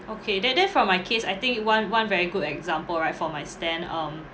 okay then then for my case I think one one very good example right for my stand um